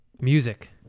Music